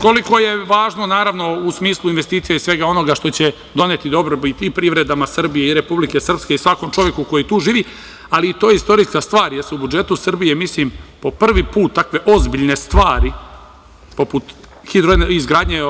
Hajde, koliko je važno u smislu investicija i svega onoga što će doneti dobrobit i privredi Srbije i Republike Srpske i svakom čoveku koji tu živi, ali to je istorijska stvar jer se u budžetu Srbije, mislim, po prvi put takve ozbiljne stvari, poput izgradnje